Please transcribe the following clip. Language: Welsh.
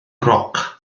roc